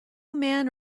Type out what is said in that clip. man